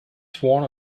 sworn